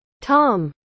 Tom